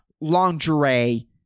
lingerie